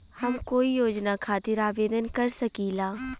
हम कोई योजना खातिर आवेदन कर सकीला?